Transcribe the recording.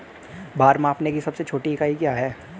भार मापने की सबसे छोटी इकाई क्या है?